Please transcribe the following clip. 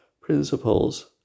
principles